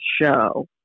show